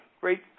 great